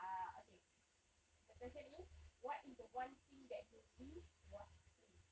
ah okay the question is what is the one thing that you wish was free